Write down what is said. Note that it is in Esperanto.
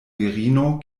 virino